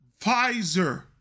Pfizer